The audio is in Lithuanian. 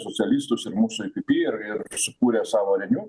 socialistus ir mūsų ei pi pi ir ir sukūrė savo reniu